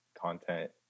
content